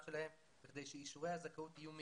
שלהם כדי שאישורי הזכאות יהיו מהירים.